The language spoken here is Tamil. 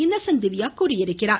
இன்னசென்ட் திவ்யா கூறியிருக்கிறார்